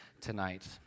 tonight